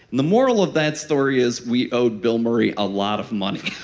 the moral of that story is we owed bill murray a lot of money.